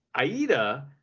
aida